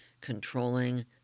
controlling